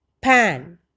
pan